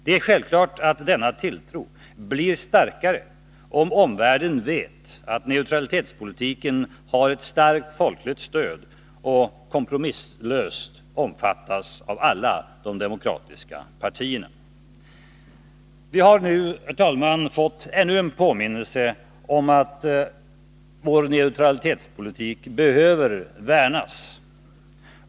Det är självklart att denna tilltro blir starkare om omvärlden vet att neutralitetspolitiken har ett starkt folkligt stöd och kompromisslöst omfattas av alla demokratiska partier. Vi har nu, herr talman, fått ännu en påminnelse om att vår neutralitetspolitik behöver värnas.